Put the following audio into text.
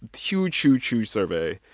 huge, huge, huge survey.